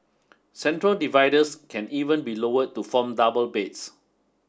central dividers can even be lowered to form double beds